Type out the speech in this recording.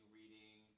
reading